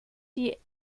die